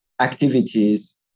activities